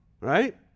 right